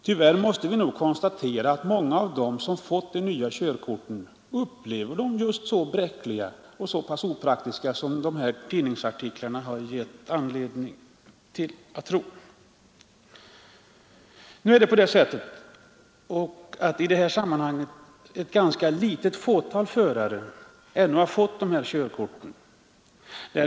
Tyvärr måste vi nog konstatera att många av dem som har fått de nya körkorten upplever dem som så bräckliga och opraktiska som dessa tidningsartiklar har givit oss anledning att tro. Ett ganska litet antal förare har fått dessa körkort.